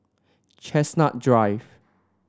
Chestnut Drive